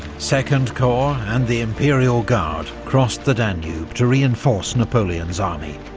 second corps and the imperial guard crossed the danube to reinforce napoleon's army,